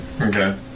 Okay